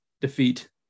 defeat